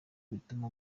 bituma